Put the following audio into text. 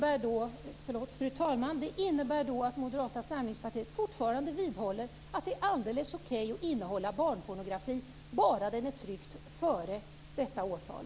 Fru talman! Det innebär då att Moderata samlingspartiet fortfarande vidhåller att det är alldeles okej att inneha barnpornografi, bara den är tryckt före detta årtal.